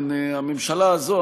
הממשלה הזו,